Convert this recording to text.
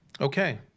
Okay